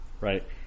Right